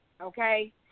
okay